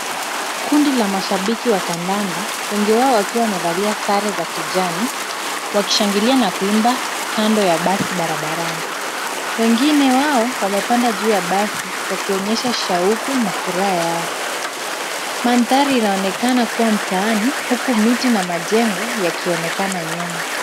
Kundi la mashabiki wa kandanda wengi wao wakiwa wamevalia sare za kijani, wakishangilia na kuimba kando ya basi barabarani. Wengine wao wamepanda juu ya basi wakionyesha shauku na furaha yao. Mandhari inaonekana kuwa mtaani huku miti na majengo yakionekana nyuma.